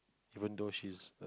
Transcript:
even though she's